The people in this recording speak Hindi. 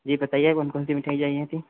जी बताईए कौन कौन सी मिठाई चाहिए थी